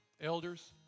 elders